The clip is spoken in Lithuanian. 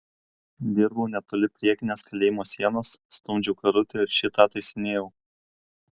dirbau netoli priekinės kalėjimo sienos stumdžiau karutį ir šį tą taisinėjau